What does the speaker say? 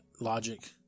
logic